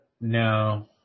No